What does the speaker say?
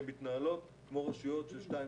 אבל מתנהלות כמו רשויות של שתיים-שלוש.